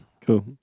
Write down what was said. Cool